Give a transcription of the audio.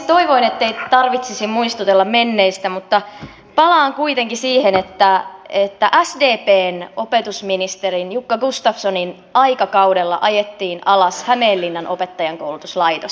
toivoin ettei tarvitsisi muistutella menneistä mutta palaan kuitenkin siihen että sdpn opetusministerin jukka gustafssonin aikakaudella ajettiin alas hämeenlinnan opettajankoulutuslaitos